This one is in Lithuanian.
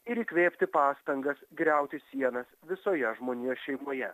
ir įkvėpti pastangas griauti sienas visoje žmonijos šeimoje